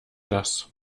das